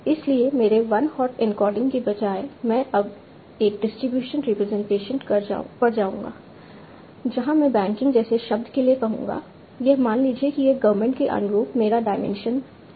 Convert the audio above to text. इसलिए मेरे one hot encoding के बजाय मैं अब एक डिस्ट्रीब्यूशन रिप्रेजेंटेशन पर जाऊंगा जहां मैं बैंकिंग जैसे शब्द के लिए कहूंगा यह मान लीजिए कि यह गवर्मेंट के अनुरूप मेरा डायमेंशन है